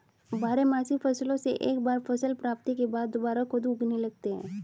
बारहमासी फसलों से एक बार फसल प्राप्ति के बाद दुबारा खुद उगने लगते हैं